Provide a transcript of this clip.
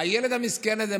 הילד המסכן הזה,